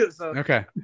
Okay